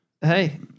Hey